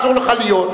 אסור לך להיות.